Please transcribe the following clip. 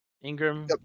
Ingram